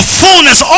fullness